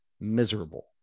miserable